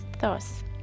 thus